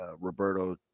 Roberto